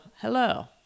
hello